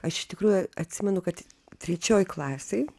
aš iš tikrųjų atsimenu kad trečioj klasėj